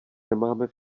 nemáme